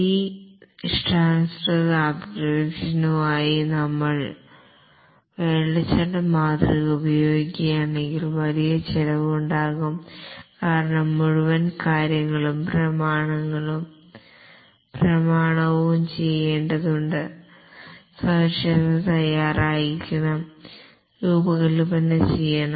ഈ ഇഷ്ടാനുസൃത അപ്ലിക്കേഷനുകൾക്കായി നമ്മൾ വാട്ടർഫാൾ മോഡൽ ഉപയോഗിക്കുകയാണെങ്കിൽ വലിയ ചിലവ് ഉണ്ടാകും കാരണം മുഴുവൻ കാര്യങ്ങളും പ്രമാണവും ചെയ്യേണ്ടതുണ്ട് സവിശേഷത തയ്യാറാക്കിയിരിക്കണം രൂപകൽപ്പന ചെയ്യണം